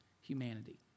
humanity